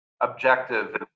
objective